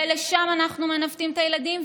ולשם אנחנו מנווטים את הילדים,